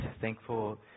Thankful